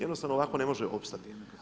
Jednostavno, ovako ne može opstati.